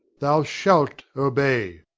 thou shalt obey.